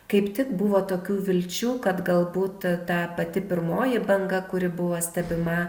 kaip tik buvo tokių vilčių kad galbūt tą pati pirmoji banga kuri buvo stebima